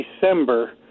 December